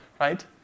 right